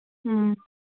ꯎꯝ